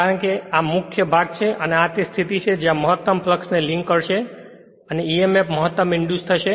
કારણ કે આ મુખ્ય ભાગ છે અને આ તે આ સ્થિતિ છે કે જ્યાં આ મહત્તમ ફ્લક્ષ ને લિન્ક કરશે કે અને emf મહત્તમ ઇંડ્યુસ થશે